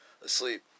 asleep